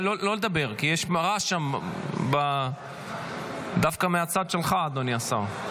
לא לדבר, כי יש רעש דווקא מהצד שלך, אדוני השר.